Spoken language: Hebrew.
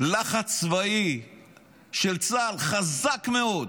לחץ צבאי של צה"ל, חזק מאוד,